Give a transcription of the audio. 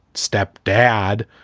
step dad,